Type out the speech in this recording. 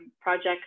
projects